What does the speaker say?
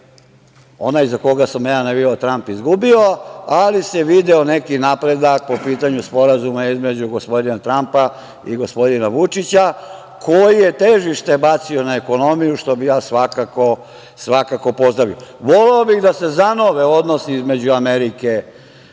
onaj za koga sam ja navijao, Tramp, izgubio, ali se video neki napredak po pitanju sporazuma između gospodina Trampa i gospodina Vučića, koji je težište bacio na ekonomiju, što bih ja svakako pozdravio. Voleo bih da se zanove odnosi između Amerike